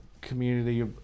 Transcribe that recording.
community